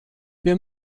wir